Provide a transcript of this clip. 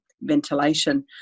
ventilation